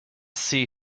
see